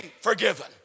forgiven